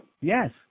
Yes